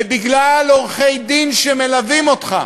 ובגלל עורכי-דין שמלווים אותך,